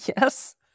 Yes